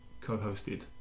co-hosted